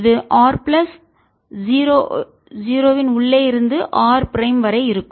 இது R plus 0 இன் உள்ளே இருந்து r பிரைம் வரை இருக்கும்